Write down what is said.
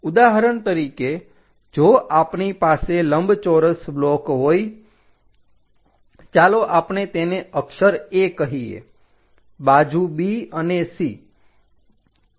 ઉદાહરણ તરીકે જો આપની પાસે લંબચોરસ બ્લોક હોય ચાલો આપણે તેને અક્ષર A કહીએ બાજુ B અને C